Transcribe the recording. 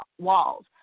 walls